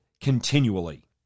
continually